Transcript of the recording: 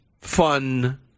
fun